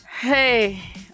Hey